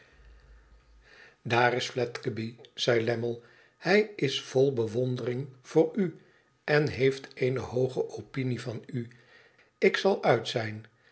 piedgeby zei lammie hij is vol bewondering voor u en heeft eene hooge opinie van u ik zal uit zijn